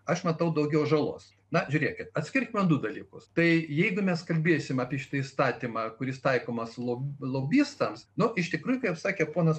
aš matau daugiau žalos na žiūrėkit atskirkime du dalykus tai jeigu mes kalbėsim apie šitą įstatymą kuris taikomas lob lobistams nu iš tikrųjų kaip sakė ponas